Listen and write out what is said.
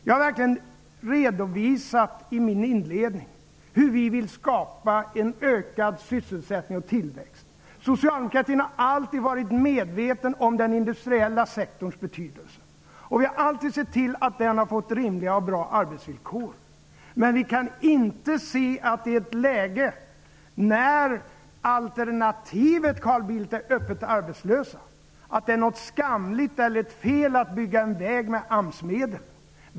Jag har i mitt inledande anförande verkligen redovisat hur vi vill skapa en ökad sysselsättning och tillväxt. Socialdemokratin har alltid varit medveten om den industriella sektorns betydelse, och vi har alltid sett till att den har fått bra och rimliga arbetsvillkor. Men vi kan inte i ett läge när alternativet, Carl Bildt, är öppen arbetslöshet inse att det skulle vara något skamligt eller felaktigt att bygga en väg med AMS-medel.